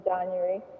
January